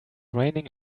raining